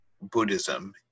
Buddhism